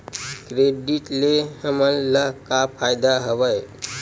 Credit ले हमन ला का फ़ायदा हवय?